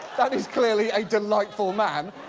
that is clearly a delightful man.